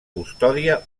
custodia